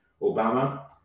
Obama